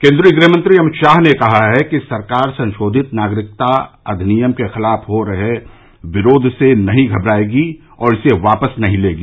केंद्रीय गृहमंत्री अमित शाह ने कहा है कि सरकार संशोधित नागरिकता अधिनियम के खिलाफ हो रहे विरोध से नहीं घबराएगी और इसे वापस नहीं लेगी